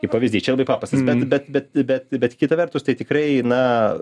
kaip pavyzdys čia labai paprastas bet bet bet bet bet kita vertus tai tikrai na